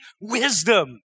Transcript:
wisdom